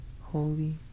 Holy